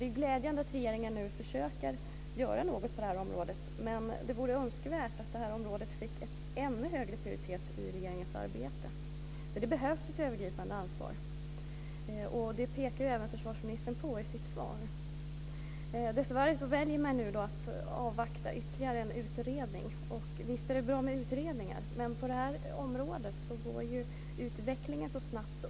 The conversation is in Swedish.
Det är glädjande att regeringen nu försöker att göra något på detta område. Men det vore önskvärt att det fick en ännu högre prioritet i regeringens arbete. Det behövs ett övergripande ansvar. Det pekar även försvarsministern på i sitt svar. Dessvärre väljer man nu att avvakta ytterligare en utredning. Visst är det bra med utredningar. Men på detta område går utvecklingen så snabbt.